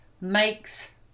makes